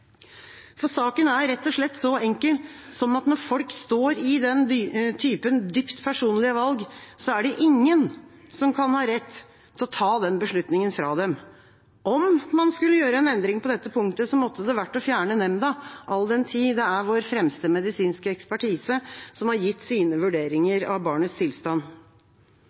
For saken er rett og slett så enkel som at når folk står i den typen dypt personlige valg, er det ingen som kan ha rett til ta den beslutningen fra dem. Om man skulle gjøre en endring på dette punktet, måtte det være å fjerne nemnda, all den tid det er vår fremste medisinske ekspertise som har gitt sine vurderinger av barnets tilstand.